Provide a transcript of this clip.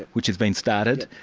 which has been started,